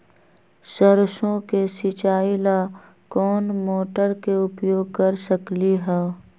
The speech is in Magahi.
सरसों के सिचाई ला कोंन मोटर के उपयोग कर सकली ह?